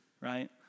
right